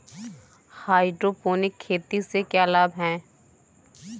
Hydroponic खेती से क्या लाभ हैं?